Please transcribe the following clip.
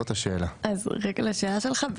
לשאלתך,